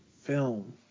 Film